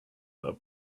love